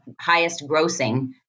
highest-grossing